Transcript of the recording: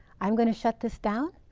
i'm gonna shut this down?